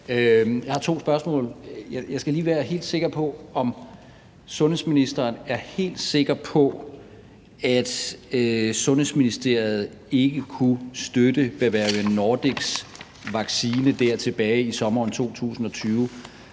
sundhedsministeren. Jeg skal lige være helt sikker på, om sundhedsministeren er helt sikker på, at Sundhedsministeriet ikke kunne støtte Bavarian Nordics vaccine tilbage i sommeren 2020